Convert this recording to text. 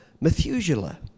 Methuselah